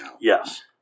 Yes